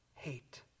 hate